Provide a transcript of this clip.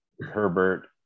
Herbert